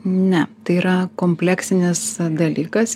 ne tai yra kompleksinis dalykas